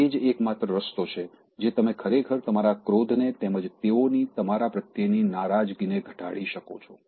તે જ એકમાત્ર રસ્તો છે જે તમે ખરેખર તમારા ક્રોધને તેમજ તેઓની તમારા પ્રત્યેની નારાજગીને ઘટાડી શકો છો